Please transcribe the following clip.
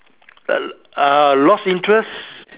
uh lost interest